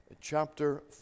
chapter